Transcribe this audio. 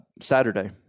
Saturday